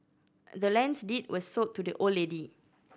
the land's deed was sold to the old lady